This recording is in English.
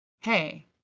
hey